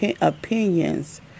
opinions